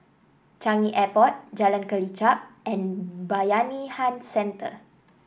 Changi Airport Jalan Kelichap and Bayanihan Centre